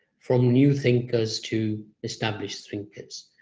from new thinkers to established thinkers.